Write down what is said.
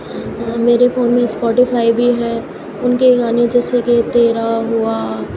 میرے فون میں اسپوٹیفائی بھی ہے ان کے گانے جیسے کہ تیرا ہوا